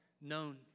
known